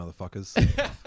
motherfuckers